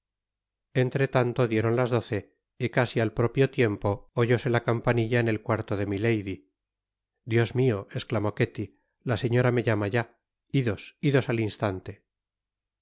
dama entretanto dieron las doce y casi al propio tiempo oyóse la campanilla en el cuarto de milady dios mio esclamó ketty la señora me llama ya idos idos al instante